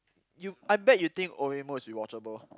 you I bet you think Oreimo is watchable